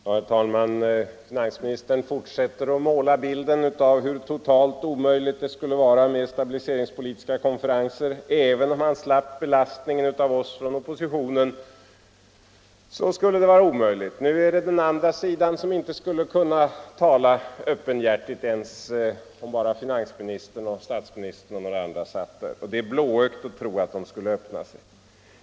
Herr talman! Finansministern fortsätter att måla bilden av hur totalt omöjligt det skulle vara med stabiliseringspolitiska konferenser — även om han slapp belastningen av oss från oppositionen. Nu är det den andra sidan som inte ens skulle kunna tala öppenhjärtigt om bara finansministern, statsministern och några andra satt där — och det vore blåögt att tro att de skulle öppna sig.